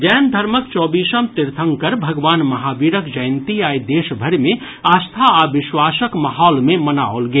जैन धर्मक चौबीसम तीर्थंकर भगवान महावीरक जयंती आइ देशभरि मे आस्था आ विश्वासक माहौल मे मनाओल गेल